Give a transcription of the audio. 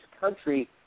country